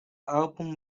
album